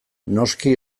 noski